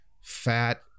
fat